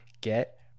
Get